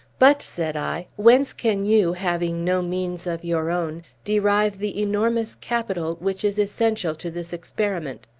but, said i, whence can you, having no means of your own, derive the enormous capital which is essential to this experiment?